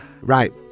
right